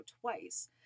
twice